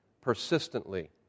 persistently